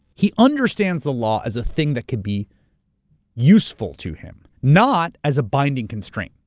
he understands the law as a thing that can be useful to him, not as binding constraint.